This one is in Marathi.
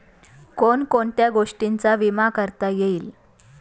कोण कोणत्या गोष्टींचा विमा करता येईल?